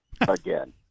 again